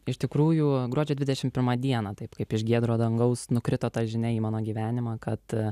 iš tikrųjų gruodžio dvidešimt pirmą dieną taip kaip iš giedro dangaus nukrito ta žinia į mano gyvenimą kad